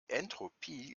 entropie